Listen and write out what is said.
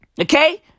Okay